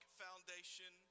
foundation